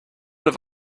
have